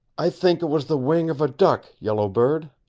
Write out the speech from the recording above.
i think it was the wing of a duck, yellow bird.